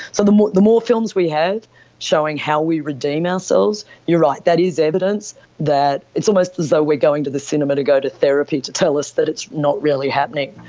so the more the more films we have showing how we redeem ourselves, you're right, that is evidence that it's almost as though we are going to the cinema to go to therapy to tell us that it's not really happening,